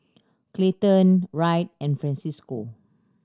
Clayton Wright and Francesco